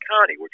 County